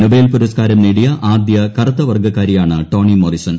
Nobel പുരസ്കാരം നേടിയ ആദ്യ കറുത്തവർഗ്ഗക്കാരിയാണ് ടോണി മോറിസൺ